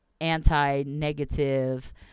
anti-negative